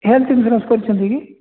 health insurance କରିଛନ୍ତି କି